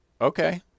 Okay